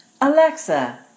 Alexa